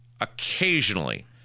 occasionally